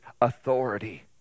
authority